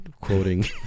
quoting